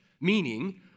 meaning